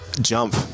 jump